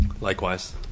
Likewise